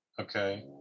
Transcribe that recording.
Okay